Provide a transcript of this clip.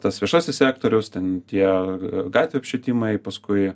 tas viešasis sektorius ten tie gatvių apšvietimai paskui